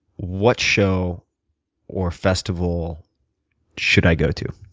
what show or festival should i go to?